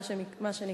מה שנקרא.